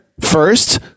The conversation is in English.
First